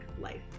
Life